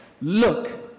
look